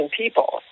people